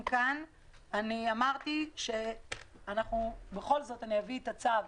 כאן אני אמרתי שבכל זאת אני אביא את הצו